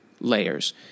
layers